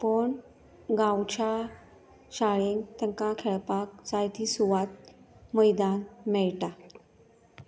पूण गांवच्या शाळेंत तांकां खेळपाक जाय तितली सुवात मैदान मेळटा